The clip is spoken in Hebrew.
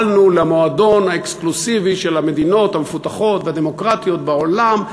התקבלנו למועדון האקסקלוסיבי של המדינות המפותחות והדמוקרטיות בעולם.